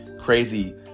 crazy